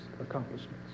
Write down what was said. accomplishments